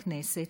בכנסת,